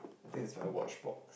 I think it's my watch box